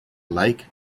lake